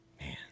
Man